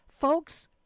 folks